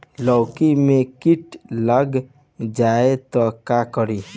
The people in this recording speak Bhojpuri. लौकी मे किट लग जाए तो का करी?